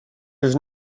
has